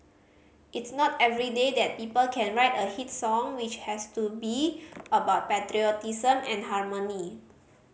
it's not every day that people can write a hit song which has to be about patriotism and harmony